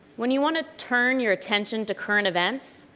when you want to turn your attention to current events